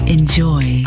Enjoy